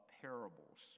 parables